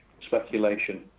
speculation